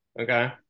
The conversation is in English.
okay